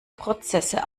prozesse